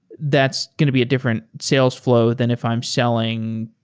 that's going to be a different sales flow than if i'm selling